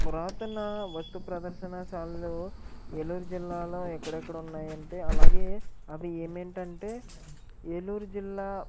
పురాతన వస్తు ప్రదర్శనశాలలో ఏలూరు జిల్లాలో ఎక్కడెక్కడ ఉన్నాయంటే అలాగే అవి ఏమేంటంటే ఏలూరు జిల్లా